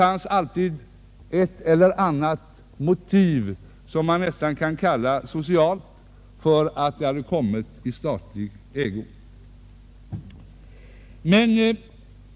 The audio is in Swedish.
Motivet var nästan alltid av social natur.